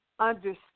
understand